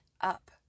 up